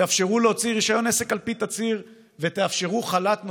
תאפשרו להוציא רישיון עסק על פי תצהיר ותאפשרו חל"ת נושם,